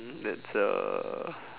um that's a